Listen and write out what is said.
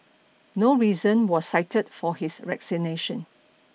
no reason was cited for his resignation